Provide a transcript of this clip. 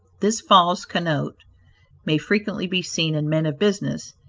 this false connote may frequently be seen in men of business,